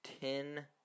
ten